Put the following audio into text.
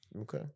Okay